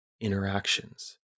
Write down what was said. interactions